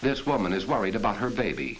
this woman is worried about her baby